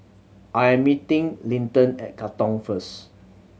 I am meeting Linton at Katong first